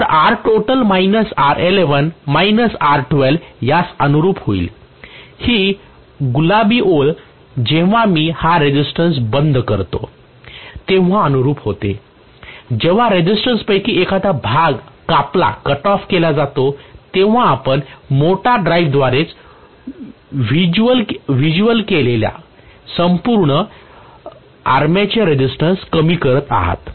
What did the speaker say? तर यास अनुरूप होईल ही गुलाबी ओळ जेव्हा मी हा रेसिस्टन्स बंद करते तेव्हा अनुरुप होते जेव्हा रेसिस्टन्सपैकी एखादा भाग कापला जातो तेव्हा आपण मोटर ड्राइव्हद्वारेच व्हिज्युअल केलेल्या संपूर्ण आर्मेचर रेसिस्टन्स कमी करत आहात